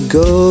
go